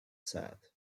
set